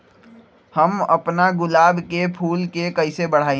हम अपना गुलाब के फूल के कईसे बढ़ाई?